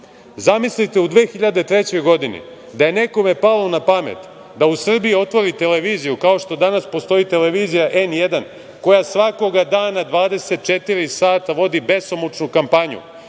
Vlade. Zamislite u 2003. godini da je nekome palo napamet da u Srbiji otvori televiziju kao što danas postoji Televizija „N1“, koja svakoga dana 24 sata vodi besomučnu kampanju